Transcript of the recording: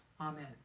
Amen